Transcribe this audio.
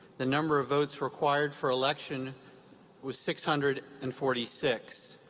the number of votes required for election was six hundred and forty six.